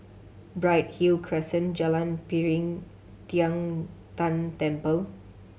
Bright Hill Crescent Jalan Piring Tian Tan Temple